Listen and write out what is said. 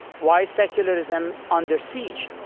why is secularism under siege?